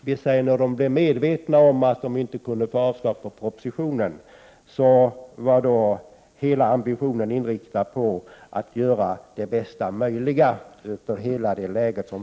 När man i centern blev medveten om att man inte kunde få igenom ett avslag på propositionens förslag var hela ambitionen att göra det bästa möjliga av läget.